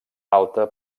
alta